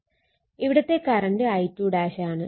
ഇവിടുത്തെ current I2 ആണ്